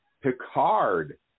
Picard